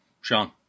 Sean